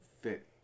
fit